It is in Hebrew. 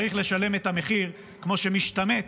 צריך לשלם את המחיר כמו שמשתמט,